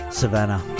savannah